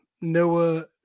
Noah